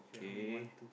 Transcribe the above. k